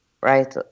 right